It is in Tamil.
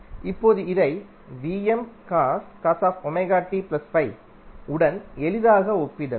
இப்போது இதை உடன் எளிதாக ஒப்பிடலாம்